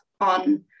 on